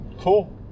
Cool